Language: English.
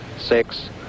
six